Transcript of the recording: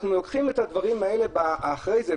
אנחנו לוקחים את הדברים האלה אחרי זה,